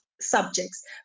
subjects